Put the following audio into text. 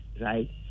right